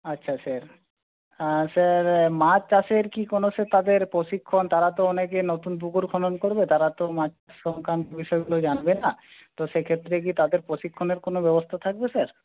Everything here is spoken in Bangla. আচ্ছা স্যার আর স্যার মাছ চাষের কি কোনো স্যার তাদের প্রশিক্ষণ তারা তো অনেকে নতুন পুকুর খনন করবে তারা তো মাছ সংক্রান্ত বিষয়গুলো জানবে না তো সেক্ষেত্রে কি তাদের প্রশিক্ষণের কোনো ব্যবস্থা থাকবে স্যার